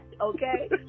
okay